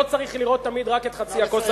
לא צריך לראות תמיד רק את חצי הכוס הריקה.